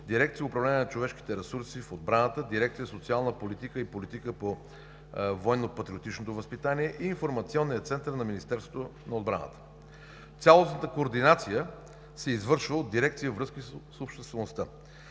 дирекция „Управление на човешките ресурси“ в отбраната, дирекция „Социална политика и политика по военно-патриотичното възпитание“ и Информационният център на Министерството на отбраната. Цялостната координация се извършва от дирекция „Връзки с обществеността“.